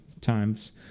times